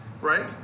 right